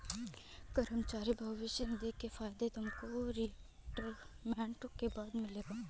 कर्मचारी भविष्य निधि के फायदे तुमको रिटायरमेंट के बाद मिलेंगे